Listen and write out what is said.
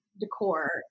decor